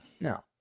No